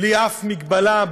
בלי שום מגבלה,